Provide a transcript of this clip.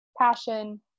passion